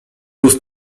ust